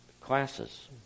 classes